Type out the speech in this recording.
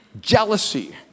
jealousy